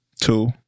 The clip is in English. two